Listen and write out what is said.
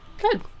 good